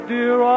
Dear